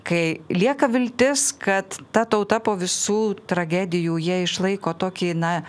kai lieka viltis kad ta tauta po visų tragedijų jie išlaiko tokį na